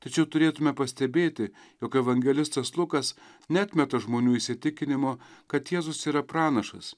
tačiau turėtume pastebėti jog evangelistas lukas neatmeta žmonių įsitikinimo kad jėzus yra pranašas